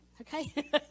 okay